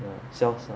ya 潇洒